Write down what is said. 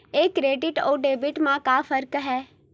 ये क्रेडिट आऊ डेबिट मा का फरक है?